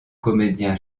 comédien